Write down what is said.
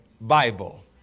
Bible